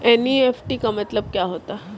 NEFT का मतलब क्या होता है?